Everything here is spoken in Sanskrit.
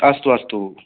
अस्तु अस्तु